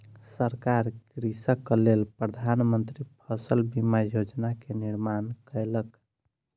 सरकार कृषकक लेल प्रधान मंत्री फसल बीमा योजना के निर्माण कयलक